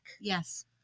Yes